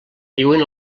diuen